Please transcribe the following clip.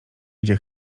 gdzie